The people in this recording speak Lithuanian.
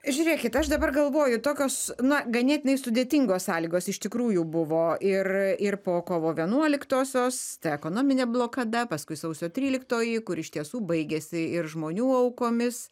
žiūrėkit aš dabar galvoju tokios na ganėtinai sudėtingos sąlygos iš tikrųjų buvo ir ir po kovo vienuoliktosios ekonominė blokada paskui sausio tryliktoji kur iš tiesų baigėsi ir žmonių aukomis